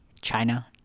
China